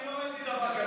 אני לא ראיתי דבר כזה,